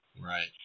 Right